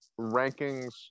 rankings